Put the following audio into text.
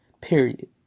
Period